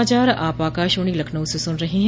यह समाचार आप आकाशवाणी लखनऊ से सुन रहे हैं